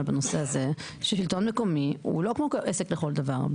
בנושא הזה ששלטון מקומי הוא לא כמו עסק לכל דבר.